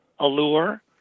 Allure